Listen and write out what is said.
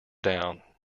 down